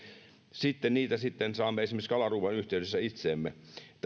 sitten niitä saamme esimerkiksi kalaruuan yhteydessä itseemme